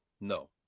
No